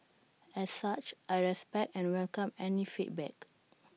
as such I respect and welcome any feedback